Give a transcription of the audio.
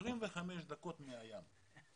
25 דקות מהים.